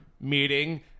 meeting